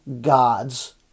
God's